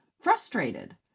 frustrated